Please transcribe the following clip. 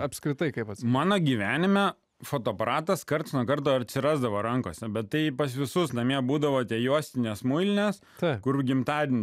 apskritai kaip vat mano gyvenime fotoaparatas karts nuo karto atsirasdavo rankose bet tai pas visus namie būdavote juostines muilines tai kur gimtadienį